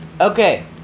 Okay